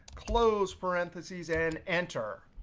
close parentheses and enter.